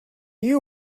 you